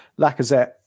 Lacazette